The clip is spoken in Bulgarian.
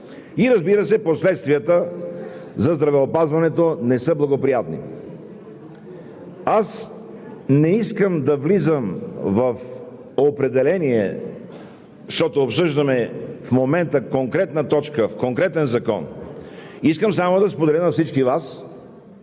и, разбира се, последствията за здравеопазването не са благоприятни. Не искам да влизам в определение, защото обсъждаме в момента конкретна точка в конкретен закон. Искам само да споделя на всички Вас,